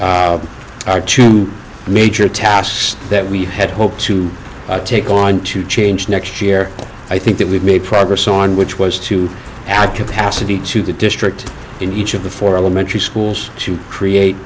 our two major tasks that we had hoped to take on to change next year i think that we've made progress on which was to add capacity to the district in each of the four elementary schools to create